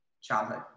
childhood